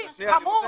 חמור.